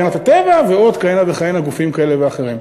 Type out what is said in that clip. ופעם זה החברה להגנת הטבע ועוד כהנה וכהנה גופים כאלה ואחרים.